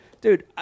Dude